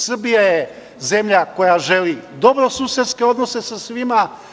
Srbija je zemlja koja želi dobrosusedske odnose sa svima.